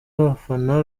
abafana